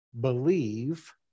believe